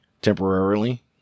Temporarily